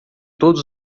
todos